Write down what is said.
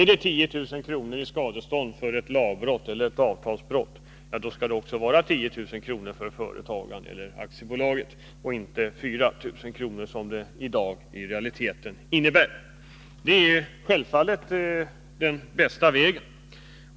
Har 10 000 kr. utdömts i skadestånd för ett lageller avtalsbrott, skall det också vara 10 000 kr. för företagaren eller aktiebolaget och inte 4 000 kr., som det är i realiteten i dag. Detta är självfallet den bästa vägen.